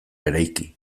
eraiki